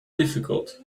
difficult